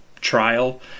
trial